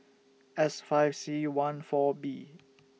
S five C one four B